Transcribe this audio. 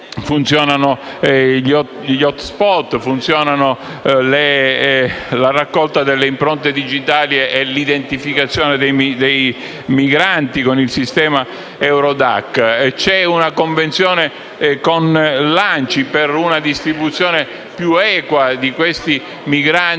funzionano gli *hotspot*, funzionano la raccolta delle impronte digitali e l'identificazione dei migranti con il sistema Eurodac. C'è una convenzione con l'ANCI per una distribuzione più equa dei migranti